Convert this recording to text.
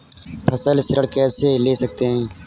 फसल ऋण कैसे ले सकते हैं?